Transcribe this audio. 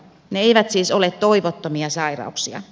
ne eivät siis ole toivottomia sairauksia